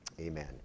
Amen